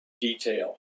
detail